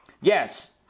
Yes